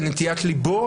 לנטיית ליבו,